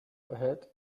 ahead